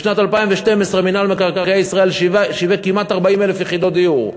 בשנת 2012 מינהל מקרקעי ישראל שיווק כמעט 40,000 יחידות דיור,